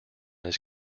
his